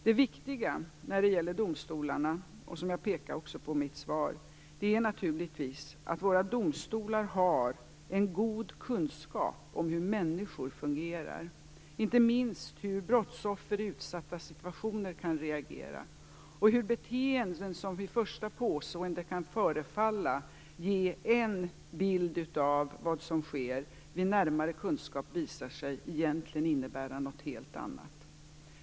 Det viktiga när det gäller domstolarna, som jag pekade på i mitt svar, är naturligtvis att våra domstolar har en god kunskap om hur människor fungerar, inte minst hur brottsoffer i utsatta situationer kan reagera och hur beteenden som vid första påseendet kan förefalla ge en bild av vad som sker vid närmare kunskap visar sig egentligen innebära något helt annat.